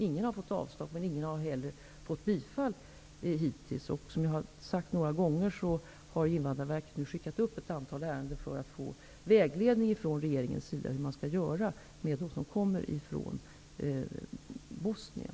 Ingen har fått avslag, men ingen har hittills heller fått bifall. Som jag har sagt några gånger har Invandrarverket nu skickat ett antal ärenden till regeringen för att få vägledning om hur man skall göra med personer som kommer från Bosnien.